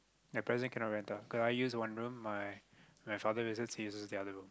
at present cannot rent out cause I use one room my my father uses he uses the other room